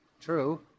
true